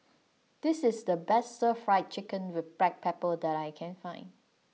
this is the best Stir Fried Chicken with black pepper that I can find